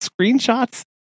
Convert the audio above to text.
screenshots